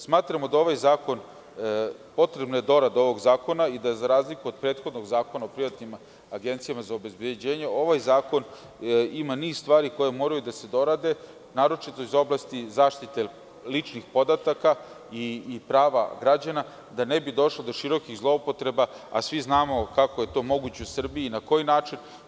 Smatramo da je potrebna dorada ovog zakona, i da za razliku od prethodnog Zakona o privatnim agencijama za obezbeđenje ovaj zakon ima niz stvari koje moraju da se dorade, naročito iz oblasti zaštite ličnih podataka i prava građana da ne bi došlo do širokih zloupotreba, a svi znamo kako je to moguće u Srbiji, na koji način.